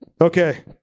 Okay